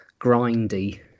grindy